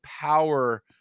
power